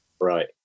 Right